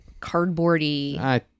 cardboardy